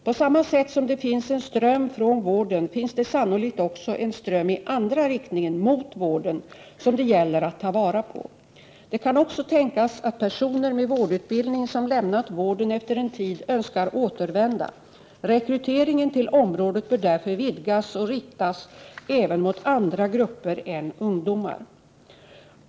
På samma sätt som det finns en ström från vården finns det sannolikt också en ström i andra riktningen, mot vården, som det gäller att ta vara på. Det kan också tänkas att personer med vårdutbildning som lämnat vården efter en tid önskar återvända. Rekryteringen till området bör därför vidgas och riktas även mot andra grupper än ungdomar.